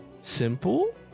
simple